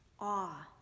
awe